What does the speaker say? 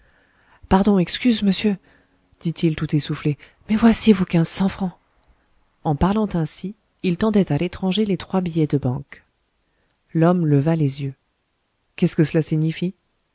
pardon excuse monsieur dit-il tout essoufflé mais voici vos quinze cents francs en parlant ainsi il tendait à l'étranger les trois billets de banque l'homme leva les yeux qu'est-ce que cela signifie